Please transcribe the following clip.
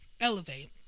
elevate